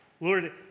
Lord